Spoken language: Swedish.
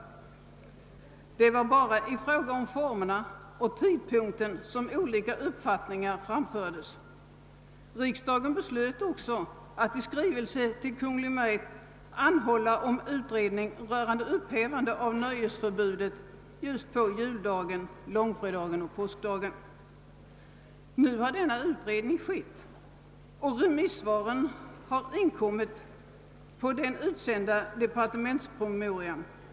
Det var bara i fråga om formerna och tidpunkten som olika uppfattningar framfördes. Riksdagen beslöt också i skrivelse till Kungl. Maj:t anhålla om utredning rörande upphävande av nöjesförbudet just på juldagen, långfredagen och påskdagen. Nu har denna utredning skett, och remissvaren på den utsända departementspromemorian har inkommit.